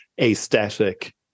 aesthetic